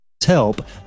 help